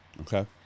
Okay